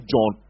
John